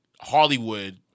Hollywood